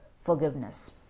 forgiveness